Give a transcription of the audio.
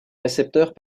récepteurs